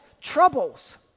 troubles